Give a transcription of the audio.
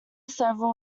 several